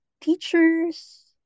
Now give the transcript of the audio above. teachers